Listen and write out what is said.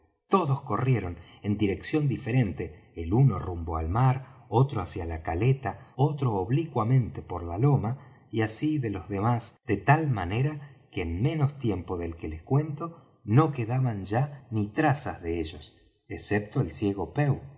todos corrieron en dirección diferente el uno rumbo al mar otro hacia la caleta otro oblícuamente por la loma y así de los demás de tal manera que en menos tiempo del que lo cuento no quedaban ya ni trazas de ellos excepto el ciego pew